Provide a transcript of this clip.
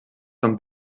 són